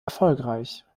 erfolgreich